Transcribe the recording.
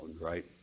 right